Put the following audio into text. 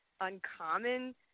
uncommon